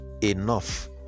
enough